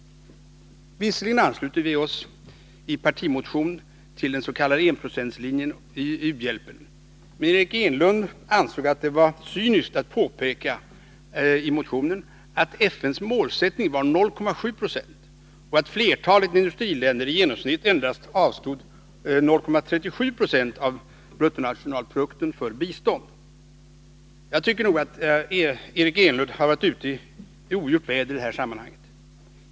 Visserligen ansluter vi oss i partimotionen till den s.k. enprocentslinjen i u-hjälpen, men Eric Enlund ansåg att det var cyniskt av oss att i motionen påpeka att FN:s målsättning var 0,7 90 och att flertalet industriländer i genomsnitt endast avstod 0,37 96 av bruttonationalprodukten för bistånd. Jag tycker nog att Eric Enlund har varit ute i ogjort väder i detta sammanhang.